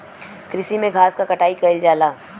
कृषि में घास क कटाई कइल जाला